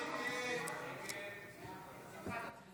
שבעה, נגד,